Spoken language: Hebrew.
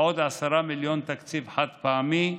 ועוד 10 מיליון תקציב חד-פעמי,